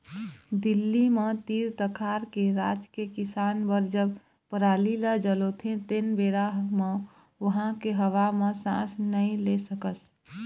दिल्ली म तीर तखार के राज के किसान बर जब पराली ल जलोथे तेन बेरा म उहां के हवा म सांस नइ ले सकस